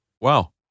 Wow